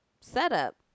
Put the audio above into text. setup